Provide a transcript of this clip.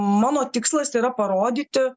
mano tikslas yra parodyti